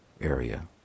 area